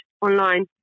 online